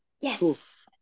Yes